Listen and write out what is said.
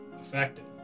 affected